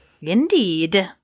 Indeed